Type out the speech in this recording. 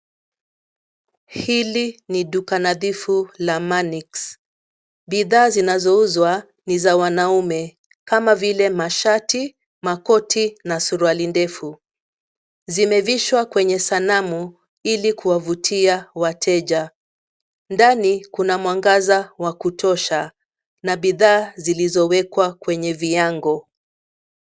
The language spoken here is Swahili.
Hili ni duka nadhifu la manix . Bidhaa zinazouzwa ni za wanaume kama vile mashati, makoti na suruali ndefu. Zimevishwa kwenye sanamu ili kuwavutia wateja. Ndani kuna mwangaza wa kutosha na bidhaa zilizowekwa kwenye viyango.